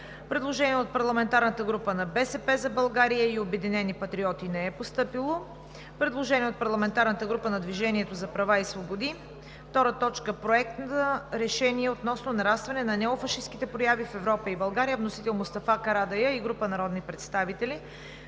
предложения от парламентарните групи на „БСП за България“ и „Обединени патриоти“. Предложение от парламентарната група на „Движение за права и свободи“: втора точка – Проект на решение относно нарастване на неофашистките прояви в Европа и България. Вносители: Мустафа Карадайъ и група народни представители